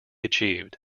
achieved